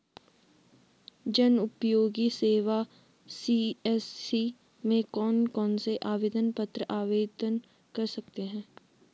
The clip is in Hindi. जनउपयोगी सेवा सी.एस.सी में कौन कौनसे आवेदन पत्र आवेदन कर सकते हैं?